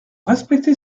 respecter